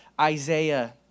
Isaiah